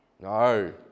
No